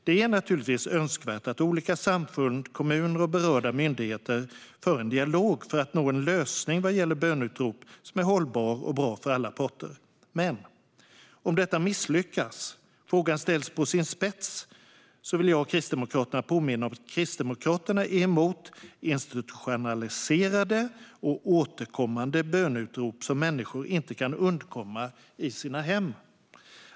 Det är naturligtvis önskvärt att olika samfund, kommuner och berörda myndigheter för en dialog för att nå en lösning vad gäller böneutrop som är hållbar och bra för alla parter. Men om detta misslyckas och frågan ställs på sin spets, vill jag påminna om att Kristdemokraterna är emot institutionaliserade och återkommande böneutrop som människor inte kan undkomma i sina hem.